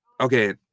Okay